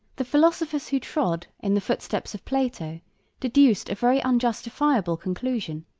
the philosophers who trod in the footsteps of plato deduced a very unjustifiable conclusion,